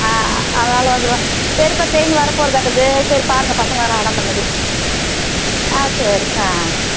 ஆ அதனால் வந்துருவேன் சரிப்பா ட்ரெயின் வரப்போறதாட்டுது சரி பாருங்கள் பசங்களாம் அடம் பண்ணுது ஆ சரி ஆ ஆ